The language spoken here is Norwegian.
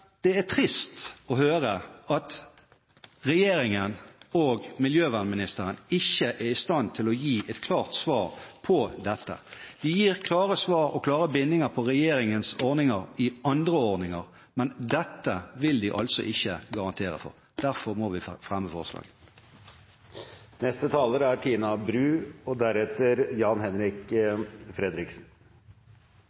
Det er trist å høre at regjeringen og miljøvernministeren ikke er i stand til å gi et klart svar på dette. De gir klare svar og klare bindinger på regjeringens andre ordninger, men dette vil de altså ikke garantere for. Derfor må vi fremme forslaget. Norges historie som olje- og gassnasjon er